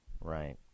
Right